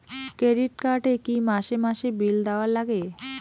Credit card এ কি মাসে মাসে বিল দেওয়ার লাগে?